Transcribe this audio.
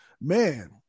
man